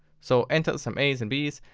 so enter some as and bs.